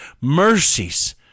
mercies